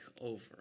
over